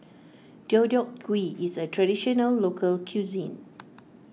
Deodeok Gui is a Traditional Local Cuisine